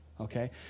Okay